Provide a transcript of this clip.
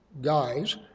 guys